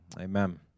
amen